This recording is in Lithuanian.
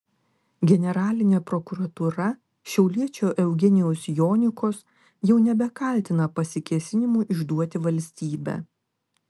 generalinė prokuratūra šiauliečio eugenijaus jonikos jau nebekaltina pasikėsinimu išduoti valstybę